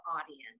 audience